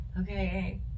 Okay